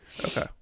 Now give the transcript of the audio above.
Okay